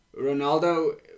Ronaldo